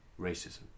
Racism